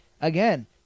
again